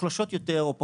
מוחלשות יותר או פחות,